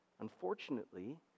Unfortunately